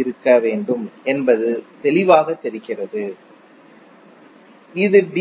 இருக்க வேண்டும் என்பது தெளிவாகத் தெரிகிறது இது டி